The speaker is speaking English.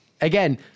Again